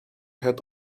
had